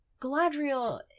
Galadriel